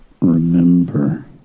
Remember